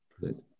Good